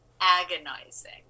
agonizing